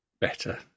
better